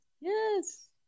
Yes